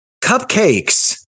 cupcakes